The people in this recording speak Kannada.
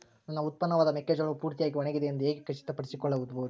ನನ್ನ ಉತ್ಪನ್ನವಾದ ಮೆಕ್ಕೆಜೋಳವು ಪೂರ್ತಿಯಾಗಿ ಒಣಗಿದೆ ಎಂದು ಹೇಗೆ ಖಚಿತಪಡಿಸಿಕೊಳ್ಳಬಹುದು?